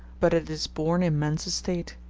but it is born in man's estate.